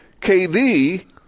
KD